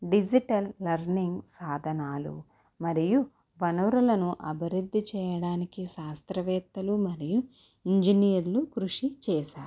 digital learning సాధనాలు మరియు వనరులను అభివృద్ధి చేయడానికి శాస్త్రవేత్తలు మరియు ఇంజినీర్లు కృషి చేశారు